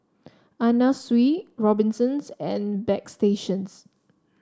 Anna Sui Robinsons and Bagstationz